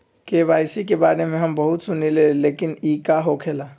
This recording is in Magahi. के.वाई.सी के बारे में हम बहुत सुनीले लेकिन इ का होखेला?